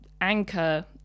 anchor